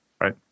Right